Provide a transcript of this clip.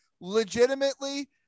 legitimately –